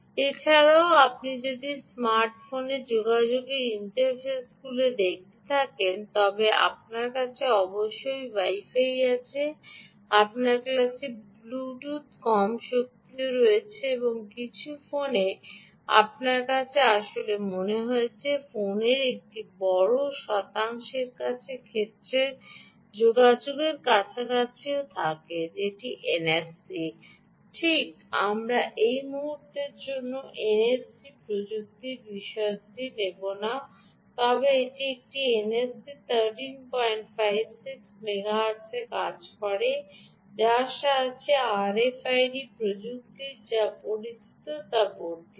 এছাড়াও আপনি যদি স্মার্ট ফোনে যোগাযোগের ইন্টারফেসগুলি দেখে থাকেন তবে আপনার কাছে অবশ্যই Wi Fi আছে আপনার কাছে ব্লুটুথ কম শক্তিও রয়েছে এবং কিছু ফোনে আমার কাছে আসলেও মনে হয় ফোনের একটি বড় শতাংশের কাছে ক্ষেত্রের যোগাযোগের কাছাকাছিও থাকে NFC ঠিক আমরা এই মুহুর্তের জন্য এই এনএফসি প্রযুক্তির বিশদটি নেব না তবে এটি এনএফসি 1356 মেগাহার্টজ এ কাজ করে ব্যতীত আরএফআইডি প্রযুক্তির যা পরিচিত তা বর্ধিত